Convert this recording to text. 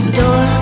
door